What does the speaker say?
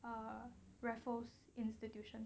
uh raffles institution